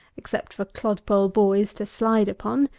except for clodpole boys to slide upon,